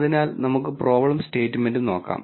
അതിനാൽ നമുക്ക് problem statement നോക്കാം